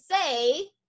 say